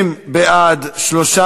ההצעה